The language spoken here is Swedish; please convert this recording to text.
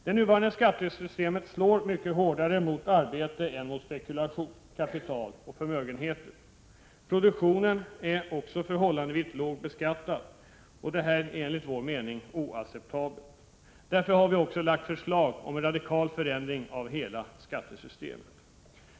Det nuvarande skattesystemet slår mycket hårdare mot arbete än mot spekulation, kapital och förmögenheter. Produktionen är också förhållandevis lågt beskattad. Detta är enligt vår mening oacceptabelt. Därför har vi också lagt fram förslag om en radikal förändring av hela skattesystemet.